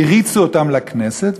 והריצו אותם לכנסת,